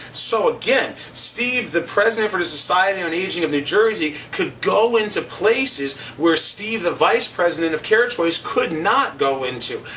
so again, steve, the president for the society on aging of new jersey could go into places where steve the vice president of carechoice could not go into.